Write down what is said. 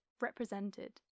represented